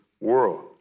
world